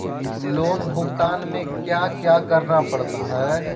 loan भुगतान में क्या क्या करना पड़ता है